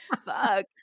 Fuck